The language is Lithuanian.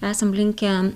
esam linkę